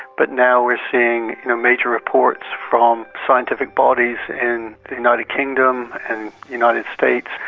but now we are seeing you know major reports from scientific bodies in the united kingdom united states.